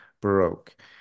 Baroque